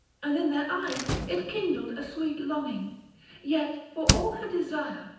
and in their eyes it kindled a sweet longing yet for all her desire,